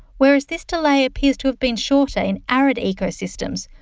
whereas this delay appears to have been shorter in arid ecosystems,